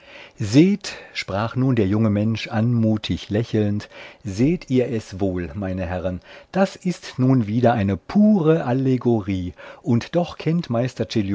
seht sprach nun der junge mensch anmutig lächelnd seht ihr es wohl ihr herren das ist nun wieder eine pure allegorie und doch